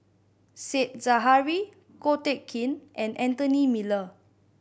Said Zahari Ko Teck Kin and Anthony Miller